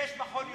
יש מכון ירושלים,